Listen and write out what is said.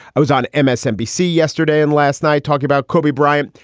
i was on msnbc yesterday and last night talking about kobe bryant.